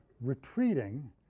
retreating